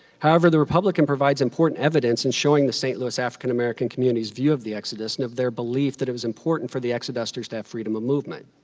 however, the republican provides important evidence in showing the st. louis african american community's view of the exodus and of their belief that it was important for the exodusters to have freedom of movement.